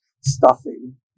stuffing